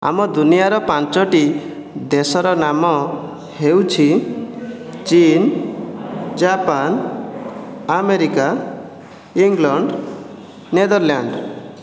ଆମ ଦୁନିଆର ପାଞ୍ଚଟି ଦେଶର ନାମ ହେଉଛି ଚୀନ ଜାପାନ ଆମେରିକା ଇଂଲଣ୍ଡ ନେଦରଲ୍ୟାଣ୍ଡସ୍